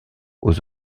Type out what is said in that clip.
aux